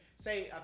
say